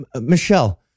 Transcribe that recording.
Michelle